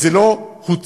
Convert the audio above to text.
וזה לא הוצג.